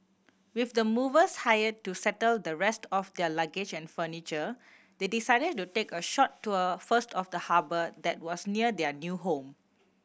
with the movers hired to settle the rest of their luggage and furniture they decided to take a short tour first of the harbour that was near their new home